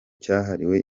cyahariwe